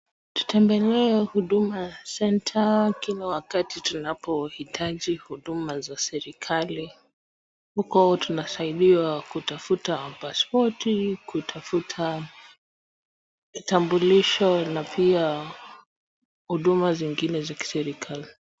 Tutembelee Huduma Centre kila wakati tunapohitaji huduma za serikali, huko tunasaidiwa kutafuta pasipoti kutafuta kitambulisho na pia huduma zingine za kiserikali.